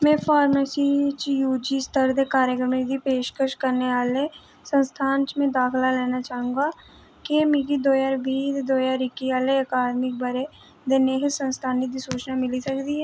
मैं फार्मेसी च यूजी स्तर दे कार्यक्रमें दी पेशकश करने आह्ले संस्थान च मैं दाखला लैना चाहूंगा केह् मिगी दो ज्हार बीह् ते दो ज्हार इक्की आह्ले अकादमिक ब'रे दे नेह् संस्थानें दी सूचना मिली सकदी ऐ